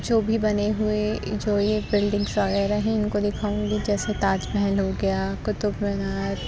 جو بھی بنے ہوئے جو یہ بلڈنگس وغیرہ ہیں ان کو دکھاؤں گی جیسے تاج محل ہو گیا قطب مینار